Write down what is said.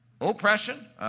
Oppression